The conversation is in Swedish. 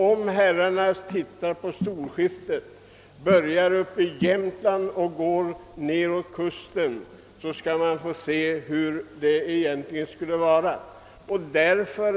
Om herrarna studerar storskiftets regler och därvid börjar uppe i Jämtland och går nedåt kusten skall ni finna hur det egentligen skulle vara — men inte är på andra håll.